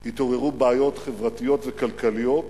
התעוררו בעיות חברתיות וכלכליות